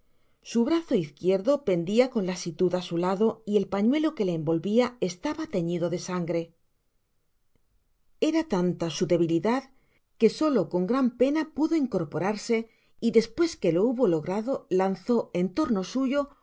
su brazo izquierdo pendia con lasitud á su lado y el pañuelo que le envolvia estaba teñido de sangre era lantasu debilidad que solo con gran pena pudo incorporarse y despues que lo hubo logrado lanzó en torno suyo